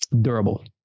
durable